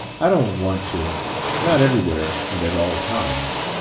i don't want to not everywhere and at all times.